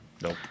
nope